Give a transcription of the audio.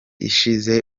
ishize